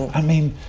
i mean,